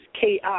KI